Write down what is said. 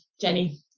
Jenny